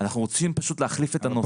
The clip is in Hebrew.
אנחנו רוצים להחליף את הנוסח.